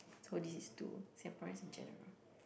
so this is to Singaporeans in general